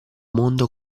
mondo